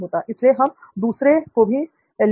इसीलिए हम दूसरे को भी लेंगे